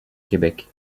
québec